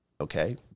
okay